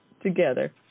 together